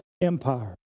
Empire